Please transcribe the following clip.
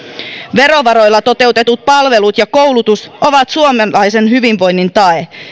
verovaroilla toteutetut palvelut ja koulutus ovat suomalaisen hyvinvoinnin tae